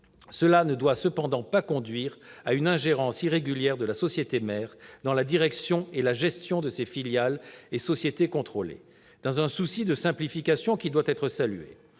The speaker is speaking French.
Cela ne doit cependant pas conduire à une ingérence irrégulière de la société mère dans la direction et la gestion de ses filiales et sociétés contrôlées. Dans un souci de simplification qui doit être salué,